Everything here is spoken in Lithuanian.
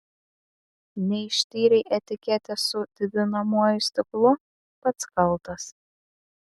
neištyrei etiketės su didinamuoju stiklu pats kaltas